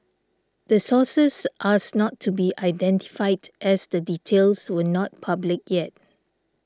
the sources asked not to be identified as the details were not public yet